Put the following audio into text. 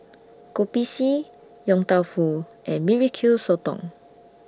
Kopi C Yong Tau Foo and B B Q Sotong